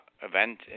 event